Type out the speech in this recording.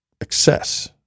excess